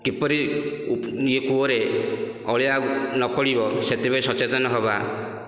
କିପରି କୂଅରେ ଅଳିଆ ନ ପଡ଼ିବ ସେଥିପ୍ରତି ସଚେତନ ହବା